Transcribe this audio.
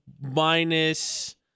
Minus